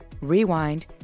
rewind